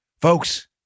Folks